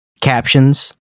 captions